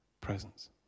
presence